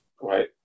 right